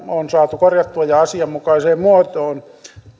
on saatu korjattua ja asianmukaiseen muotoon